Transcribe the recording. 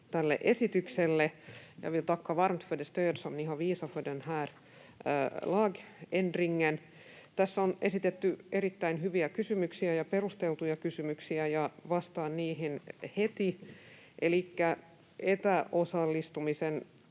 här lagändringen. Tässä on esitetty erittäin hyviä kysymyksiä ja perusteltuja kysymyksiä, ja vastaan niihin heti. Elikkä etäosallistumista